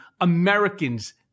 Americans